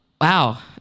Wow